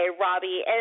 Robbie